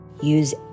Use